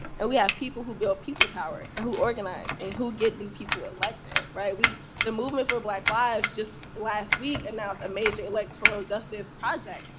and we have people who build people power, and who organize, and who get new people elected, right? we the movement for black lives just last week announced a major electoral justice project.